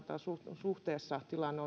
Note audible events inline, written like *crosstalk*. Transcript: suhteessa suhteessa tilanne *unintelligible*